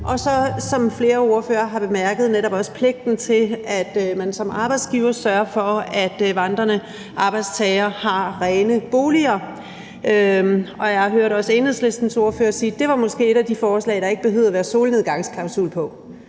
og, som flere ordførere har bemærket, er der netop også pligten til, at man som arbejdsgiver sørger for, at vandrende arbejdstagere har rene boliger. Jeg hørte også Enhedslistens ordfører sige, at det måske var et af de forslag, hvor der ikke behøvede at være en solnedgangsklausul.